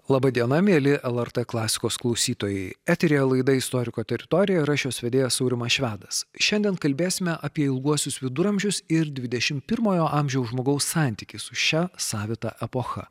laba diena mieli lrt klasikos klausytojai eteryje laida istoriko teritorija ir aš jos vedėjas aurimas švedas šiandien kalbėsime apie ilguosius viduramžius ir dvidešimt pirmojo amžiaus žmogaus santykį su šia savita epocha